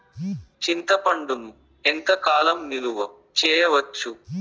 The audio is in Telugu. చింతపండును ఎంత కాలం నిలువ చేయవచ్చు?